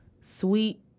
Sweet